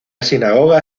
sinagoga